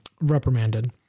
reprimanded